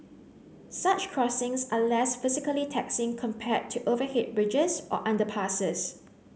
such crossings are less physically taxing compared to overhead bridges or underpasses